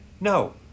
No